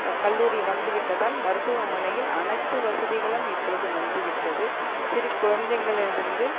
கல்லூரி வந்துவிட்டதால் மருத்துவமனையில் அனைத்து வசதிகளும் இப்பொழுது வந்து விட்டது சிறு குழந்தைகள் இருந்து